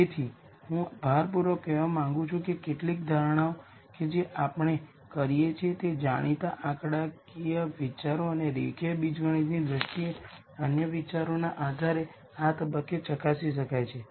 તેથી હું ભારપૂર્વક કહેવા માંગુ છું કે કેટલીક ધારણાઓ કે જે આપણે કરીએ છીએ તે જાણીતા આંકડાકીય વિચારો અને રેખીય બીજગણિતની દ્રષ્ટિએ અન્ય વિચારોના આધારે આ તબક્કે ચકાસી શકાય છે